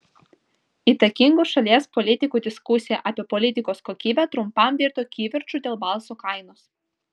įtakingų šalies politikų diskusija apie politikos kokybę trumpam virto kivirču dėl balso kainos